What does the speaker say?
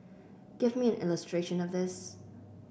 give me an illustration of this